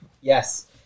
Yes